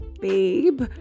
babe